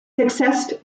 accessed